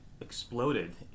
exploded